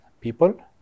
people